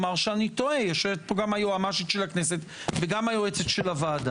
ובחודשים האחרונים יוצאים אנשים מהמטה לתגבר את